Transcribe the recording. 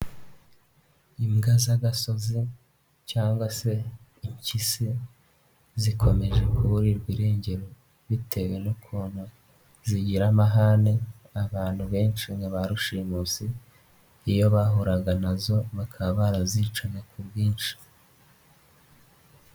Imbwa z'agasozi cyangwa se impyisi zikomeje kuburirwa irengero bitewe n'ukuntu zigira amahane abantu benshi nka ba rushimusi iyo bahuraga na zo bakaba barazicaga ku bwinshi.